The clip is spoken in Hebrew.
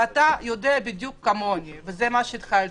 אתה יודע בדיוק כמוני, ועם זה התחלתי.